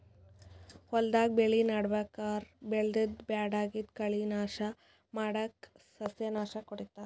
ಹೊಲ್ದಾಗ್ ಬೆಳಿ ನಡಬರ್ಕ್ ಬೆಳ್ದಿದ್ದ್ ಬ್ಯಾಡಗಿದ್ದ್ ಕಳಿ ನಾಶ್ ಮಾಡಕ್ಕ್ ಸಸ್ಯನಾಶಕ್ ಹೊಡಿತಾರ್